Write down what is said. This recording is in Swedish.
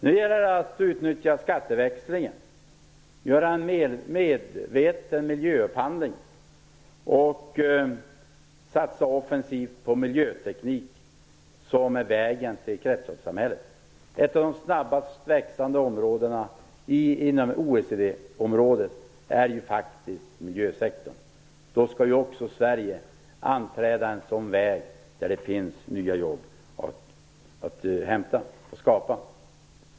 Nu gäller det att utnyttja skatteväxlingen, göra en medveten miljöupphandling och satsa offensivt på miljöteknik, som är vägen till kretsloppssamhället. Ett av de snabbast växande områdena inom OECD området är miljösektorn. Då skall även Sverige anträda en sådan väg där det finns nya jobb att hämta och skapa.